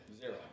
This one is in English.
Zero